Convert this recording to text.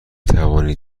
توانید